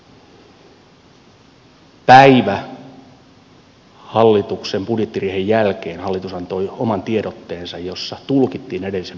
päivä hallituksen budjettiriihen jälkeen hallitus antoi oman tiedotteensa jossa tulkittiin edellisen päivän päätöksiä